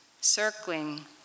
circling